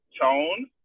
tone